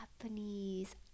Japanese